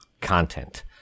content